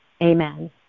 Amen